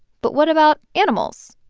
but what about animals?